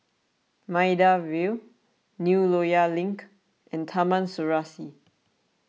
Maida Vale New Loyang Link and Taman Serasi